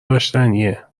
داشتنیه